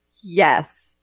Yes